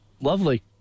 lovely